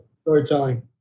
storytelling